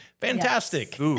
Fantastic